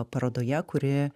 parodoje kuri